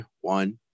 one